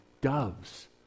doves